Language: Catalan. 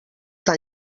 tan